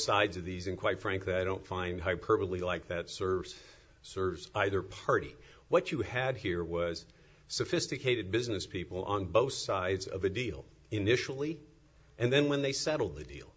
sides of these and quite frankly i don't find hyperbole like that serves serves either party what you had here was sophisticated business people on both sides of the deal initially and then when they settled the deal